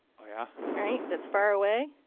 oh yeah. alright. that's far away.